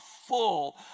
full